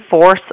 force